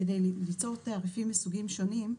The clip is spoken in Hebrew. כדי ליצור תעריפים מסוגים שונים,